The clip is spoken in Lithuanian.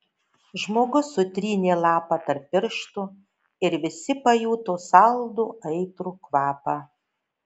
žmogus sutrynė lapą tarp pirštų ir visi pajuto saldų aitrų kvapą